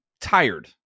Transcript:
tired